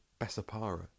Bessapara